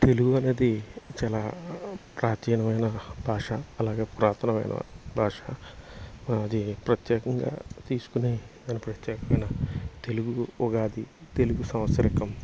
తెలుగు అనేది చాలా ప్రాచీనమైన భాష అలాగే పురాతనమైన భాష అది ప్రత్యేకంగా తీసుకుని దాని ప్రత్యేకమైన తెలుగు ఉగాది తెలుగు సంవత్సరికం